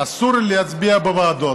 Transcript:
אסור לי להצביע בוועדות.